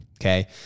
Okay